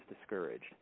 discouraged